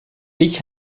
ich